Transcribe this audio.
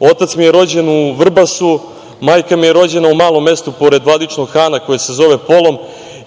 Otac mi je rođen u Vrbasu, majka mi je rođena u malom mestu pored Vladičinog Hana koje se zove Polom